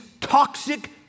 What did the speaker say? toxic